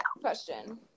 question